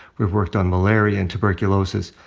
we've worked on malaria and tuberculosis.